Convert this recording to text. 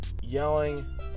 yelling